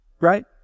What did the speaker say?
Right